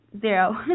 zero